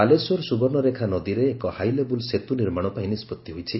ବାଲେଶ୍ୱର ସୁବର୍ଷ୍ଡରେଖା ନଦୀରେ ଏକ ହାଇଲେବୁଲ୍ ସେତୁ ନିର୍ମାଣ ପାଇଁ ନିଷ୍ବତ୍ତି ହୋଇଛି